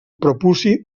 prepuci